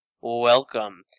Welcome